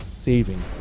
saving